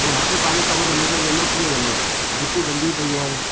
भई हर कोई पंहिंजे कम धंधे ते वेंदो कीअं वेंदो घिटियूं गंदी पई आहिनि